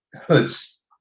hoods